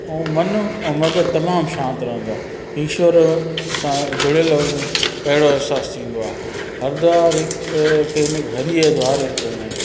ऐं मन ऐं मग़जु तमामु शांत रहंदो आहे ईश्वर असांजो जुड़ियल हुजे अहिड़ो अहसासु थींदो आहे हरिद्वार खे न हरि जो द्वार बि चवंदा आयूं